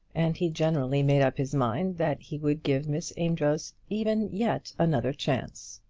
and he generously made up his mind that he would give miss amedroz even yet another chance.